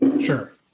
Sure